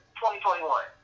2021